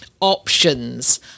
options